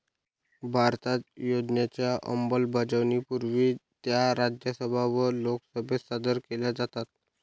भारतात योजनांच्या अंमलबजावणीपूर्वी त्या राज्यसभा व लोकसभेत सादर केल्या जातात